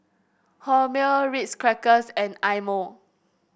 Hormel Ritz Crackers and Eye Mo